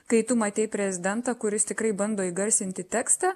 kai tu matei prezidentą kuris tikrai bando įgarsinti tekstą